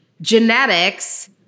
Genetics